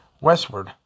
Westward